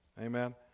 Amen